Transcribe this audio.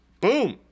Boom